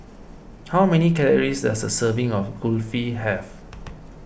how many calories does a serving of Kulfi have